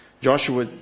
Joshua